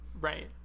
Right